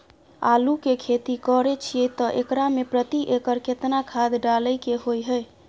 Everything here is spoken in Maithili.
आलू के खेती करे छिये त एकरा मे प्रति एकर केतना खाद डालय के होय हय?